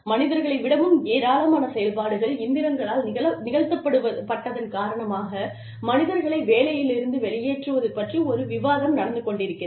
மனிதர்களை விடவும் ஏராளமான செயல்பாடுகள் இயந்திரங்களால் நிகழ்த்தப்பட்டதன் காரணமாக மனிதர்களை வேலையிலிருந்து வெளியேற்றுவது பற்றி ஒரு விவாதம் நடந்து கொண்டிருக்கிறது